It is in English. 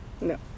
No